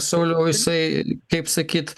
sauliau jisai kaip sakyt